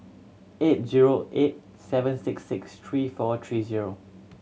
eight zero eight seven six six three four three zero